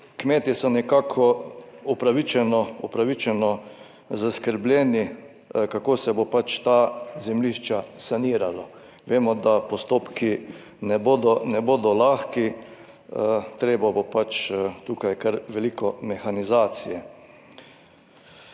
Kmetje so nekako upravičeno zaskrbljeni, kako se bo ta zemljišča saniralo. Vemo, da postopki ne bodo lahki. Potrebne bo tukaj kar veliko mehanizacije.